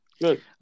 Good